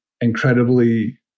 incredibly